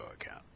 account